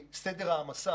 סדר העמסה